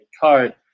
card